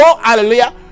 hallelujah